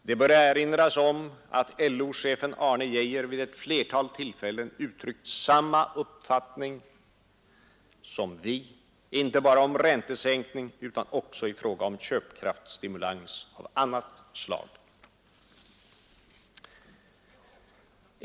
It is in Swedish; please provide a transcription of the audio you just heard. Det bör erinras om att LO-chefen Arne Geijer vid ett flertal tillfällen uttryckt samma uppfattning som vi inte bara om räntesänkning utan också i fråga om köpkraftsstimulans av annat slag.